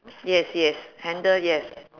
yes yes handle yes